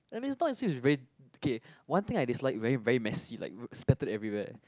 and it's not as if is very okay one thing I dislike very very messy like splattered everywhere